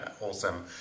Awesome